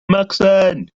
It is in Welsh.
macsen